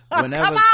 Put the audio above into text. whenever